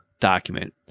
document